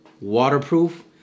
waterproof